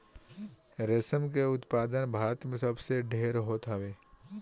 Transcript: रेशम के उत्पादन भारत में सबसे ढेर होत हवे